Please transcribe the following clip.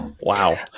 wow